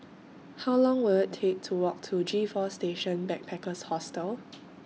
How Long Will IT Take to Walk to G four Station Backpackers Hostel